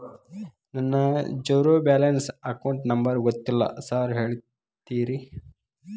ನನ್ನ zero balance account number ಗೊತ್ತಿಲ್ಲ sir ಹೇಳ್ತೇರಿ?